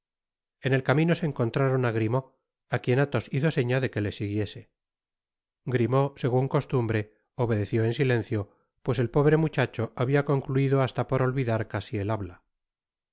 en el camino se encontraron á grimaud á quien athos hizo seña de que le siguiese grimaud segun costumbre obedeció en silencio pues el pobre muchacho habia concluido hasta por olvidar casi el habla